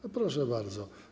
A proszę bardzo.